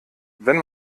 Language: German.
wenn